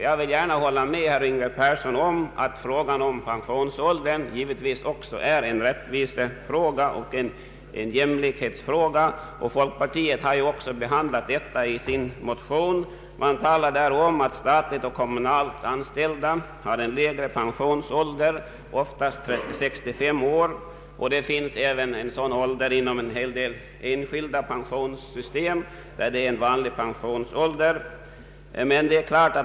Jag håller med herr Yngve Persson om att frågan om pensionsåldern givetvis är en rättvisefråga och en jämlikhetsfråga. Folkpartiet har också tagit upp den saken i sin motion. Det talas där om att statligt och kommunalt anställda har en lägre pensionsålder, ofta 65 år, och att denna pensionsålder är vanlig också inom åtskilliga andra pensionssystem.